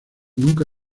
nunca